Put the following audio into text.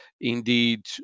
indeed